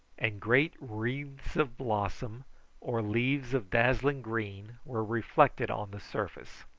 and great wreaths of blossom or leaves of dazzling green were reflected on the surface.